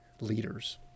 leaders